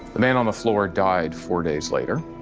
the man on the floor died four days later.